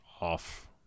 off